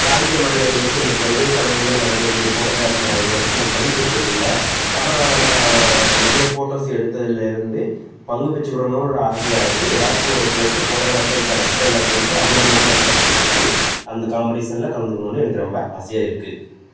பிராந்திய மாநில தேசிய மற்றும் சர்வதேச அளவில் நடைபெற கூடிய போட்டோக்ராஃபியில் நான் இது வரைக்கும் பங்கு பெற்றதில்லை ஆனால் நான் நிறைய ஃபோட்டோஸ் எடுத்ததிலேருந்து பங்கு பெற்றுக்கிடணுன்னு ஆசையாக இருக்குது ஏதாச்சும் ஒரு பெஸ்ட்டு போட்டோக்ராஃபருக்கு அசிஸ்டண்ட்டாக சேர்ந்து அவர் மூலமாக நல்லா ட்ரைன் அப் ஆகி அந்த காம்படிசனில் கலந்துக்கணும்னு எனக்கு ரொம்ப ஆசையாக இருக்குது